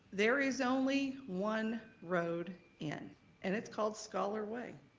there is only one road in and it's called scholar way.